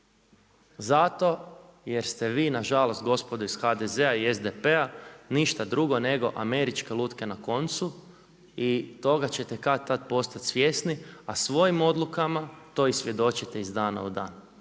Zato jer ste vi nažalost gospodo iz HDZ-a i SDP-a ništa drugo nego američke lutke na koncu i toga ćete kad tada poslati svjesni, a svojim odlukama to i svjedočite iz dana u dan.